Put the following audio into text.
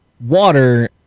water